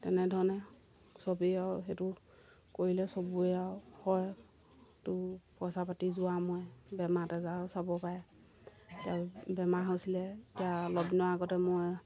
তেনেধৰণে চবেই আৰু সেইটো কৰিলে চবৰে আৰু হয় তো পইচা পাতি যোৰা মৰে বেমাৰ আজাৰো চাব পাৰে তাৰ বেমাৰ হৈছিলে এতিয়া অলপ দিনৰ আগতে মই